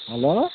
hello